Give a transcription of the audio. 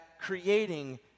creating